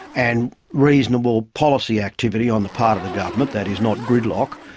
and reasonable policy activity on the part of the government that is not gridlock,